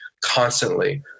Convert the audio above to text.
constantly